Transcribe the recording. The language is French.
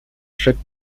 chaque